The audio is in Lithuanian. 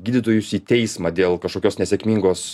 gydytojus į teismą dėl kažkokios nesėkmingos